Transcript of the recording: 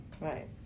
Right